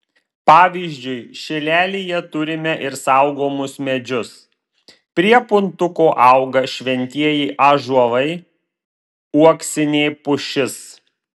pavyzdžiui šilelyje turime ir saugomus medžius prie puntuko auga šventieji ąžuolai uoksinė pušis